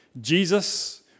Jesus